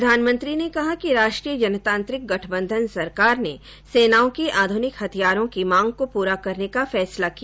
प्रधानमंत्री ने कहा कि राष्ट्रीय जनतांत्रिक गठबंधन सरकार ने सेनाओं की आध्रनिक हथियारों की मांग को पूरा करने का फैसला किया